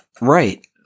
Right